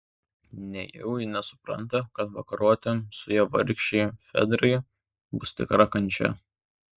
nejau ji nesupranta kad vakaroti su ja vargšei fedrai bus tikra kančia